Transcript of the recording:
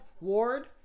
Ward